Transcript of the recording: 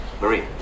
Marie